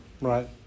Right